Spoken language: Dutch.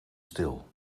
stil